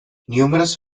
numerous